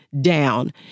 down